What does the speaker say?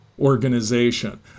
organization